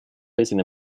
placing